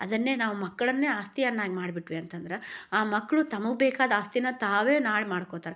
ಅದನ್ನೇ ನಾವು ಮಕ್ಕಳನ್ನೇ ಆಸ್ತಿಯನ್ನಾಗಿ ಮಾಡಿಬಿಟ್ವಿ ಅಂತಂದ್ರೆ ಆ ಮಕ್ಕಳು ತಮಗೆ ಬೇಕಾದ ಆಸ್ತಿನ ತಾವೇ ನಾಳೆ ಮಾಡ್ಕೋತಾರೆ